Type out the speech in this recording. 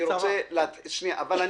אני רוצה להתחיל בהקראה.